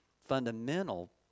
fundamental